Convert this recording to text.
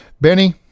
Benny